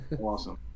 awesome